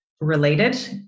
Related